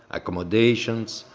accomodations,